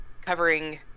covering